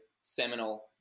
seminal